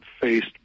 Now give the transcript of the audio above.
faced